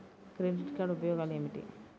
Credit card ఉపయోగాలు ఏమిటి?